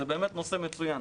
זה נושא מצוין.